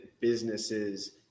businesses